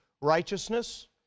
righteousness